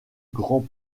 grands